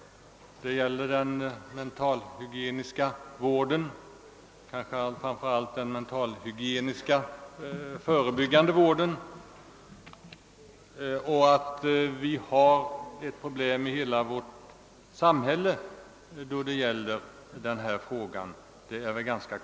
— nämligen den mentalhygieniska vården, kanske framför allt då den förebyggande vården. Det är ett område på vilket det finns många svårigheter att övervinna i hela vårt samhälle.